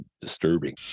disturbing